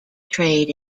trade